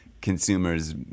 consumers